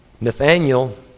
Nathaniel